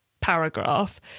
paragraph